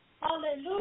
Hallelujah